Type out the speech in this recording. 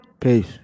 Peace